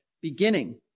beginning